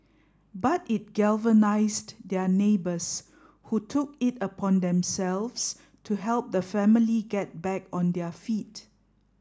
but it galvanised their neighbours who took it upon themselves to help the family get back on their feet